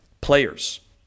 players